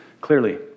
Clearly